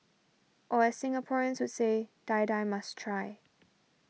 or as Singaporeans would say Die Die must try